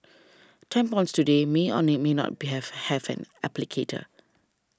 tampons today may or name may not be have have an applicator